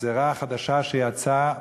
לגזירה החדשה שיצאה